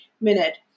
minute